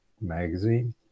magazine